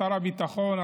שר הביטחון,